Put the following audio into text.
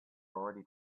already